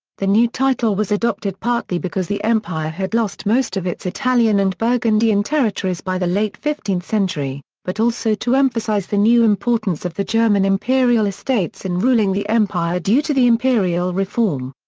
the new title was adopted partly because the empire had lost most of its italian and burgundian territories by the late fifteenth century, but also to emphasize the new importance of the german imperial estates in ruling the empire due to the imperial reform.